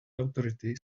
authorities